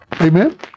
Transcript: Amen